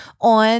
on